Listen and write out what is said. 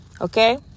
Okay